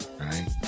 right